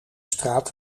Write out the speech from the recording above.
straat